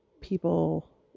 people